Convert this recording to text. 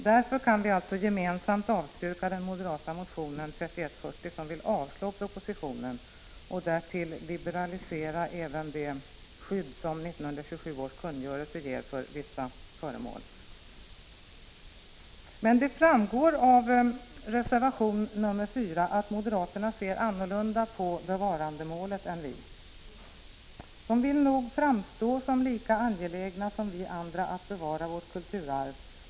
Därför kan vi alltså gemensamt avstyrka den moderata motionen 3140, där man vill avslå propositionen och därtill liberalisera även det skydd som 1927 års kungörelse ger för vissa föremål. Men det framgår av reservation 4 att moderaterna ser annorlunda på bevarandemålet än vi. De vill nog framstå som lika angelägna som vi andra att bevara vårt kulturarv.